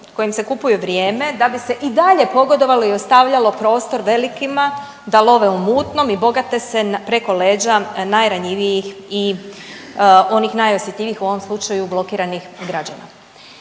kojim se kupuje vrijeme da bi se i dalje pogodovalo i ostavljalo prostor velikima da love u mutnom i bogate se preko leđa najranjivijih i onih najosjetljivijih u ovom slučaju blokiranih građana.